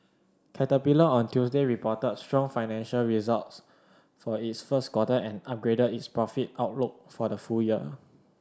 Caterpillar on Tuesday reported strong financial results for its first quarter and upgraded its profit outlook for the full year